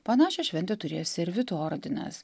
panašią šventę turėjo servito ordinas